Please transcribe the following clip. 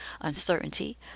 Uncertainty